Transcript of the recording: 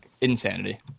insanity